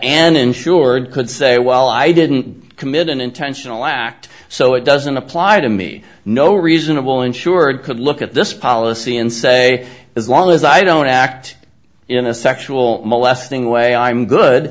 an insured could say well i didn't commit an intentional act so it doesn't apply to me no reasonable insured could look at this policy and say as long as i don't act in a sexual molesting way i'm good